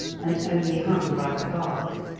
and only hung by the bark.